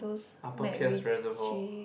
upper Pierce reservoir